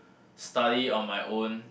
study on my own